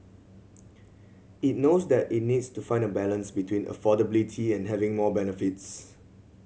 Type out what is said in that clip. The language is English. it knows that it needs to find a balance between affordability and having more benefits